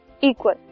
equal